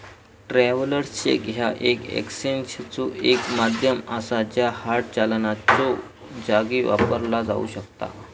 travellers cheque ह्या एक्सचेंजचो एक माध्यम असा ज्या हार्ड चलनाच्यो जागी वापरला जाऊ शकता